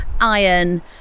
iron